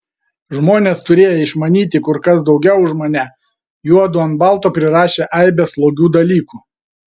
žmonės turėję išmanyti kur kas daugiau už mane juodu ant balto prirašė aibes slogių dalykų